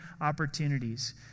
opportunities